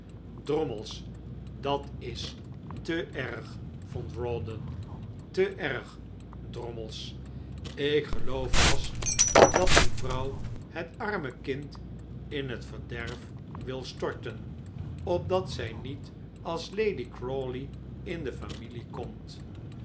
drommels dat is te erg vond rawdon te erg drommels ik geloof vast dat die vrouw het arme kind in het verderf wil storten opdat zij niet als lady crawley in de familie komt